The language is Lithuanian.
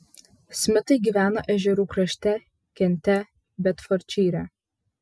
smitai gyvena ežerų krašte kente bedfordšyre